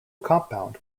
compound